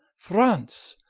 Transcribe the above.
france,